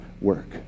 work